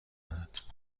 دارد